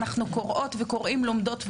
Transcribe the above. אנחנו קוראות וקוראים ולומדות דרככם.